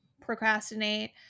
procrastinate